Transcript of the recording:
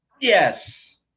Yes